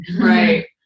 Right